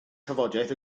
tafodiaith